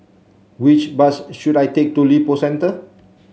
which bus should I take to Lippo Centre